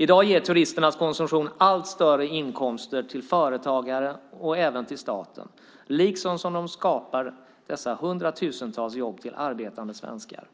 I dag ger turisternas konsumtion allt större inkomster till företagare och staten. Dessutom skapar de dessa hundratusentals jobb till arbetande svenskar.